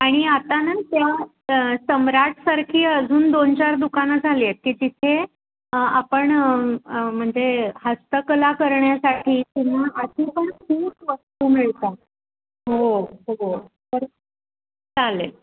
आणि आता ना त्या सम्राटसारखी अजून दोन चार दुकानं झाली आहेत की जिथे आपण म्हणजे हस्तकला करण्यासाठी तुम्हाला त्यातून पण खूप वस्तू मिळतात हो हो चालेल